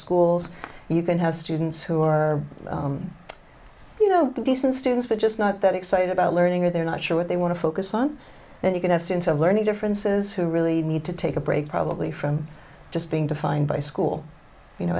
schools you can have students who are you know decent students but just not that excited about learning or they're not sure what they want to focus on and you can have sense of learning differences who really need to take a break probably from just being defined by school you know